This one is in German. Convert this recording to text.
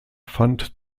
fand